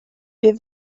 wir